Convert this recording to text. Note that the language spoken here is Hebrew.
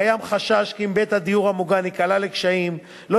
קיים חשש כי אם בית דיור מוגן ייקלע לקשיים לא